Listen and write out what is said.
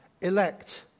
elect